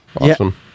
Awesome